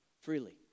freely